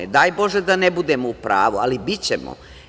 Daj Bože da ne budem u pravu, ali bićemo.